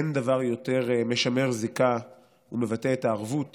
אין דבר יותר משמר זיקה ומבטא את הערבות